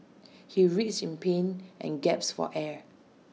he writhed in pain and gasped for air